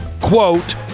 Quote